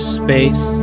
space